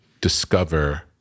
discover